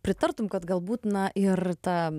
pritartum kad galbūt na ir ta